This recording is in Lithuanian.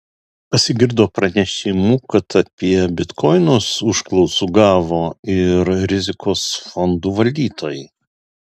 pasigirdo pranešimų kad apie bitkoinus užklausų gavo ir rizikos fondų valdytojai